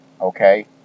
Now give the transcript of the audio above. Okay